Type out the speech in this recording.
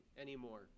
anymore